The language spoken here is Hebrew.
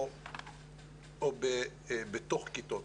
בתוך כיתות